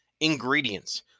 Ingredients